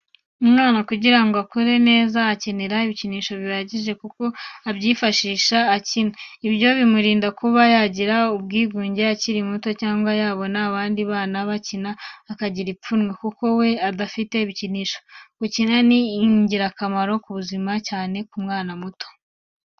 Umwana kugira ngo akure neza akenera ibikinisho bihajije, kuko abyifashisha akina. Ibyo bimurinda kuba yagira ubwigunge akiri muto cyangwa yabona abandi bana bakina akagira ipfunwe, kuko we adafite ibikinisho. Gukina ni ingirakamaro ku buzima cyane ku mwana muto.